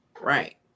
Right